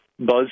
Buzz